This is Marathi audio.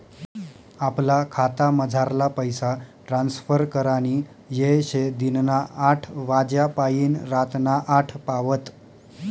आपला खातामझारला पैसा ट्रांसफर करानी येय शे दिनना आठ वाज्यापायीन रातना आठ पावत